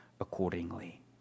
accordingly